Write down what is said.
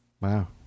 Wow